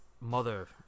mother